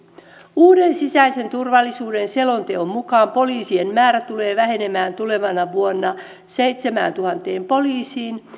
uuden sisäisen turvallisuuden selonteon mukaan poliisien määrä tulee vähenemään tulevana vuonna seitsemääntuhanteen poliisiin